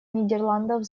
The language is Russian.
нидерландов